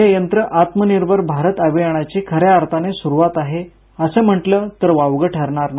हे यंत्र आत्मनिर्भर भारत अभियानाची खऱ्या अर्थाने स्रुवात आहे असं म्हंटल तर वावग ठरणार नाही